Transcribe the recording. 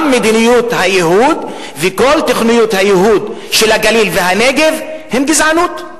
גם מדיניות הייהוד וכל תוכניות הייהוד של הגליל והנגב הן גזענות,